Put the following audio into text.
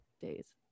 days